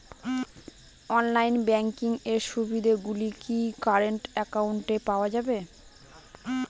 Online banking এর সুবিধে গুলি কি কারেন্ট অ্যাকাউন্টে পাওয়া যাবে?